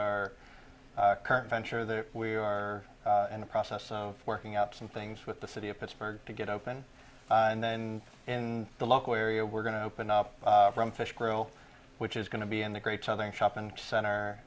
our current venture that we are in the process of working out some things with the city of pittsburgh to get open and then in the local area we're going to open up from fish grill which is going to be in the great southern shopping center